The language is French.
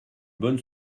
bonne